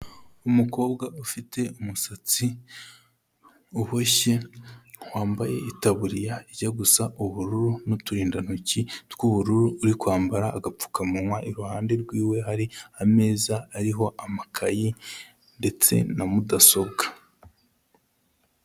Umukobwa ufite umusatsi uboshye, wambaye itaburiya ijya gusa ubururu n'uturindantoki tw'ubururu uri kwambara agapfukamunwa, iruhande rw'iwe hari ameza ariho amakayi ndetse na mudasobwa.